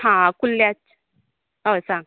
हां कुल्ल्यांच हय सांग